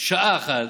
שעה אחת